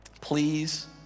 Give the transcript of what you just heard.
please